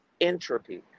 entropy